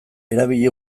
erabili